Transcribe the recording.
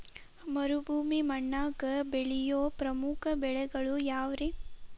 ಮರುಭೂಮಿ ಮಣ್ಣಾಗ ಬೆಳೆಯೋ ಪ್ರಮುಖ ಬೆಳೆಗಳು ಯಾವ್ರೇ?